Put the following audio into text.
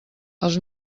els